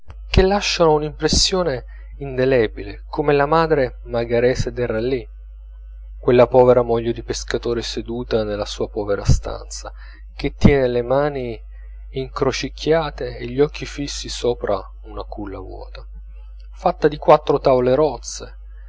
che lasciano un'impressione indelebile come la madre megarese del rallis quella povera moglie di pescatore seduta nella sua povera stanza che tien le mani incrocicchiate e gli occhi fissi sopra una culla vuota fatta di quattro tavole rozze